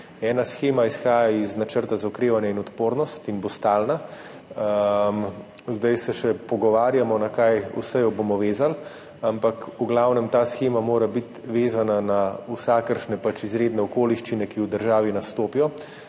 Ena shema izhaja iz načrta za okrevanje in odpornost in bo stalna. Zdaj se še pogovarjamo, na kaj vse jo bomo vezali, ampak v glavnem ta shema mora biti vezana na vsakršne izredne okoliščine, ki v državi nastopijo,